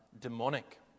demonic